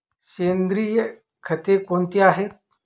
सेंद्रिय खते कोणती आहेत?